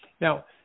Now